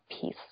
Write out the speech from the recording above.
peace